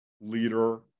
leader